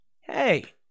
Hey